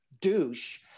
douche